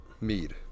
mead